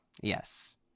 Yes